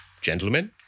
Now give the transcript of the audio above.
gentlemen